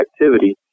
activity